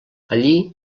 allí